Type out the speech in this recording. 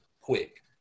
quick